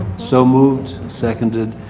so moved. seconded.